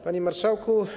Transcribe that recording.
Panie Marszałku!